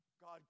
God